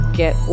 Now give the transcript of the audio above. get